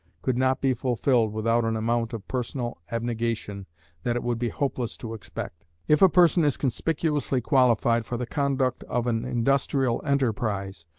could not be fulfilled without an amount of personal abnegation that it would be hopeless to expect. if a person is conspicuously qualified for the conduct of an industrial enterprise,